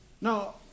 Now